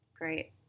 Great